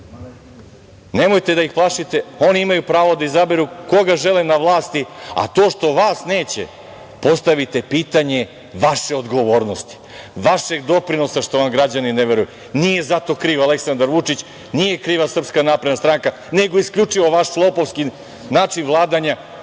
građane. Nemojte da ih plašite, oni imaju pravo da izaberu koga žele na vlasti, a to što vas neće, postavite pitanje vaše odgovornosti, vašeg doprinosa što vam građani ne veruju. Nije zato kriv Aleksandar Vučić, nije kriva SNS, nego isključivo vaš lopovski način vladanja